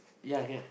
ya I have